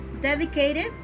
dedicated